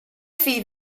fill